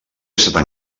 està